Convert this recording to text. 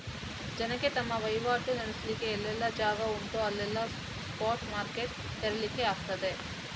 ಜನಕ್ಕೆ ತಮ್ಮ ವೈವಾಟು ನಡೆಸ್ಲಿಕ್ಕೆ ಎಲ್ಲೆಲ್ಲ ಜಾಗ ಉಂಟೋ ಅಲ್ಲೆಲ್ಲ ಸ್ಪಾಟ್ ಮಾರ್ಕೆಟ್ ತೆರೀಲಿಕ್ಕೆ ಆಗ್ತದೆ